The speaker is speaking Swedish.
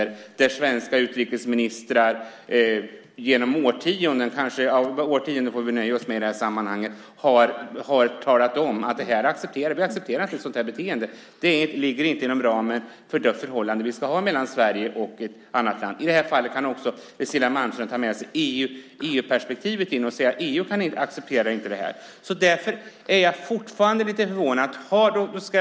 Där har svenska utrikesministrar i årtionden - vi får väl nöja oss med årtionden i det här sammanhanget - talat om att vi inte accepterar ett sådant beteende, att det inte ligger inom ramen för det förhållande vi ska ha mellan Sverige och ett annat land. I det här fallet kan Cecilia Malmström också peka på EU-perspektivet och säga att EU inte accepterar det här. Därför är jag fortfarande lite förvånad över svaret.